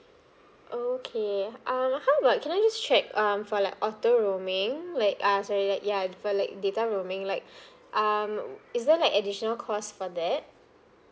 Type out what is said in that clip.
oh okay um how about can I just check um for like auto roaming like uh sorry like ya for like data roaming like um is there like additional cost for that